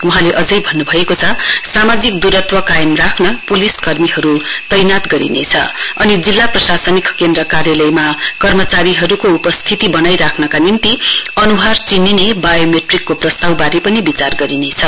वहाँले अझै भन्नुभएको छ सामाजिक दुरत्व कायम राख्न पुलिस कर्मीहरु तैनात गरिनेछ अनि जिल्ला प्रशासनिक केन्द्र कार्यालयमा कर्मचारीहरुको उपस्थिती बनाइराख्नका निम्ति अन्हार चिनिने बायोमेट्रिकको प्रस्ताववारे पनि विचार गरिनेछ